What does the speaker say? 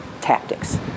tactics